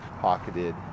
pocketed